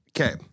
okay